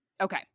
Okay